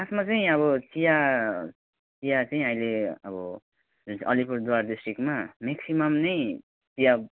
खासमा चाहिँ अब चिया चिया चाहिँ अहिले अब जुन चाहिँ अलिपुरद्वार डिस्ट्रिक्टमा म्याक्सिमम् नै चिया